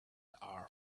are